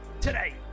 Today